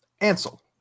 Ansel